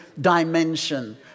dimension